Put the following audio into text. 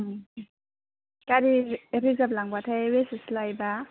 उम गारि रिजार्भ लांब्लाथाय बेसेसो लायोबा